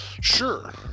sure